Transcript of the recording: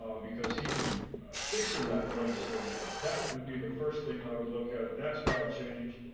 um because he can fix in that legislation, that would be the first thing i would look at, that's got to change.